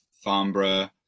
Farnborough